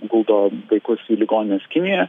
guldo vaikus į ligonines kinijoje